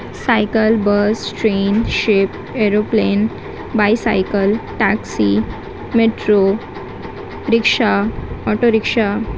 cycle bus train ship aeroplane bicycle taxi metro rickshaw auto rickshaw